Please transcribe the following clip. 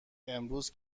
امروز